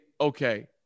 okay